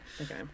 okay